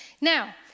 Now